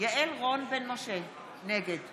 יעל רון בן משה, נגד